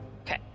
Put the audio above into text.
Okay